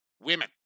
women